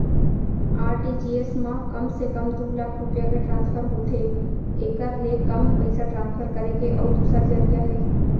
RTGS म कम से कम दू लाख रूपिया के ट्रांसफर होथे एकर ले कम पइसा ट्रांसफर करे के अउ दूसर जरिया हे